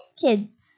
Kids